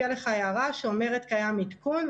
הערה שאומרת: קיים עדכון,